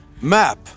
MAP